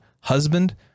husband